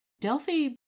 Delphi